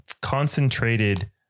concentrated